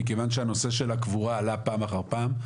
מכיוון שהנושא של הקבורה עלה פעם אחר פעם,